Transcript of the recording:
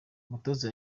umutoza